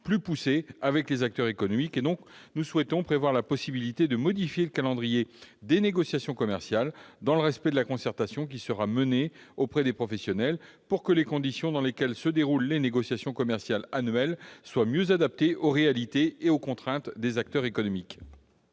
plus poussée avec les acteurs économiques. Nous souhaitons prévoir la possibilité de modifier le calendrier des négociations commerciales, dans le respect de la concertation qui sera menée auprès des professionnels pour que les conditions dans lesquelles se déroulent les négociations commerciales annuelles soient mieux adaptées aux réalités et contraintes des acteurs économiques.